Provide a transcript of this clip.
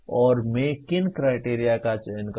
और मैं किन क्राइटेरिया का चयन करता हूं